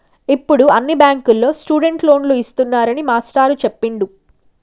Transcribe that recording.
ఇప్పుడు అన్ని బ్యాంకుల్లో స్టూడెంట్ లోన్లు ఇస్తున్నారని మాస్టారు చెప్పిండు